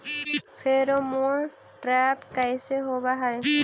Pheromone trap कैसे होब हई?